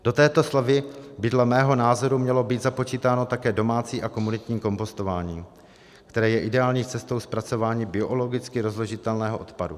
Do této slevy by dle mého názoru mělo být započítáno také domácí a komunitní kompostování, které je ideální cestou zpracování biologicky rozložitelného odpadu.